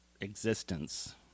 existence